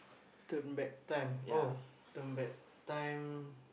turn back time oh turn back time